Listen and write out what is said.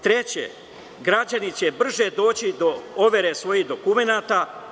Treće, građani će brže doći do overe svojih dokumenata.